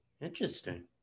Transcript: interesting